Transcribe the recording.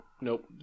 Nope